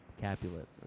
Capulet